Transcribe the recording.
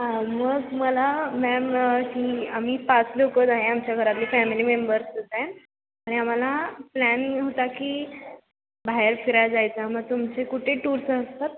हा मग मला मॅम की आम्ही पाच लोक आहे आमच्या घरातली फॅमिली मेंबर्सच आहे आणि आम्हाला प्लॅन होता की बाहेर फिराय जायचा मग तुमचे कुठे टूर्स असतात